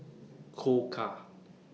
Koka